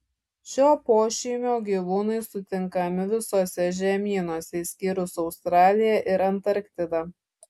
šio pošeimio gyvūnai sutinkami visuose žemynuose išskyrus australiją ir antarktidą